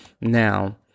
Now